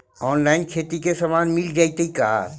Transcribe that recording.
Online खेती के सामान मिल जैतै का?